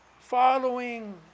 following